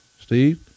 Steve